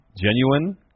Genuine